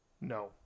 No